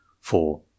Four